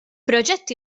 proġett